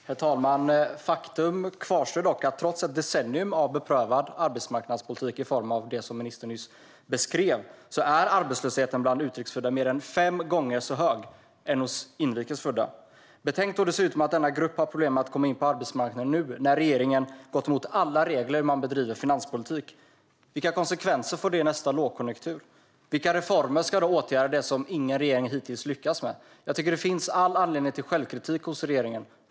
Herr talman! Faktum kvarstår dock: Trots ett decennium av beprövad arbetsmarknadspolitik i form av det som ministern nyss beskrev är arbetslösheten bland utrikes födda mer än fem gånger så hög som hos inrikes födda. Betänk då dessutom att denna grupp har problem att komma in på arbetsmarknaden nu när regeringen har gått mot alla regler i hur man bedriver finanspolitik. Vilka konsekvenser får det i nästa lågkonjunktur? Vilka reformer ska då åtgärda det som ingen regering hittills har lyckats med? Jag tycker att det finns all anledning till självkritik hos regeringen.